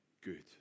good